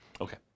Okay